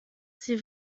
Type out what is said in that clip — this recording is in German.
sie